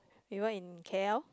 he work in K_L